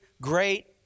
great